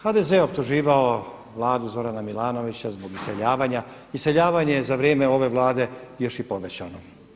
HDZ je optuživao Vladu Zorana Milanovića zbog iseljavanja, iseljavanje je za vrijeme ove Vlade još i povećano.